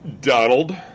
Donald